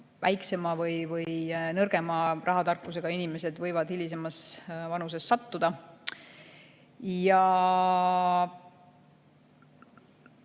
väiksema või nõrgema rahatarkusega inimesed võivad hilisemas vanuses sattuda.